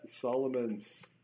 Solomon's